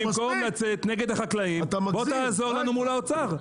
במקום לצאת נגד החקלאים בוא תעזור לנו מול האוצר.